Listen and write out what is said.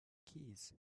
keys